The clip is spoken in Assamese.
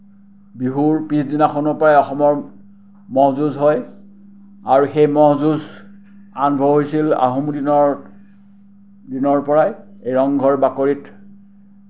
বিহুৰ পিছদিনাখনৰ পৰাই অসমৰ ম'হ যুঁজ হয় আৰু সেই ম'হ যুঁজ আৰম্ভ হৈছিল আহোমৰ দিনৰ দিনৰ এই পৰাই ৰংঘৰৰ বাকৰিত